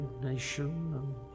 nation